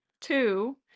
Two